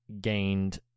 gained